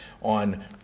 on